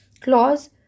Clause